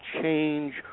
change